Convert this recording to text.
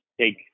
take